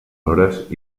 hores